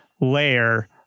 layer